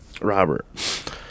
Robert